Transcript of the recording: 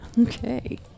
Okay